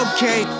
Okay